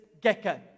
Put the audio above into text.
gecko